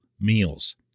meals